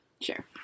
sure